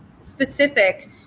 specific